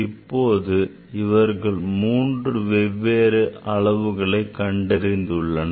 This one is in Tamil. இப்போது அவர்கள் மூன்று வெவ்வேறு அளவுகளை கண்டறிந்து உள்ளனர்